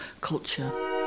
culture